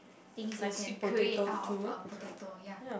things that you can create out of a potato ya